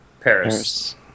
Paris